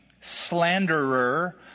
slanderer